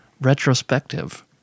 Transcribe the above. retrospective